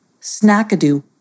Snackadoo